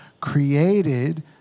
created